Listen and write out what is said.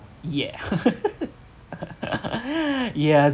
yeah yes